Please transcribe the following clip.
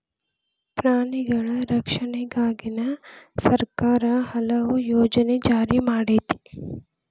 ಪ್ರಾಣಿಗಳ ರಕ್ಷಣೆಗಾಗಿನ ಸರ್ಕಾರಾ ಹಲವು ಯೋಜನೆ ಜಾರಿ ಮಾಡೆತಿ